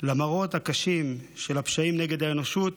למראות הקשים של הפשעים נגד האנושות